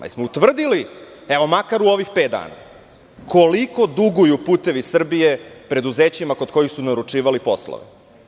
Da li smo utvrdili, evo makar u ovih pet dana, koliko duguju "Putevi Srbije" preduzećima kod kojih su naručivali poslove?